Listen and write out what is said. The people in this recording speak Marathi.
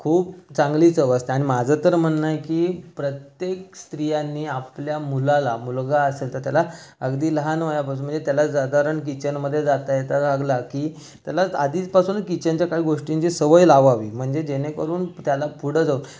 खूप चांगली चव असते आणि माझं तर म्हणणं आहे की प्रत्येक स्त्रियांनी आपल्या मुलाला मुलगा असेल तर त्याला अगदी लहान वयापासून म्हणजे त्याला साधारण किचनमध्ये जाता येता लागला की त्याला आधीचपासूनच किचनच्या काही गोष्टींची सवय लावावी म्हणजे जेणेकरून त्याला पुढं जाऊन